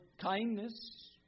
kindness